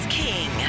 king